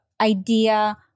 idea